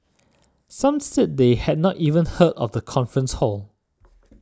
some said they had not even heard of the conference hall